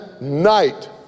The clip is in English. night